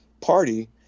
party